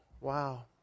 Wow